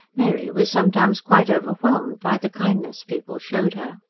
mary was sometimes quite overwhelmed by the kindness people showed her.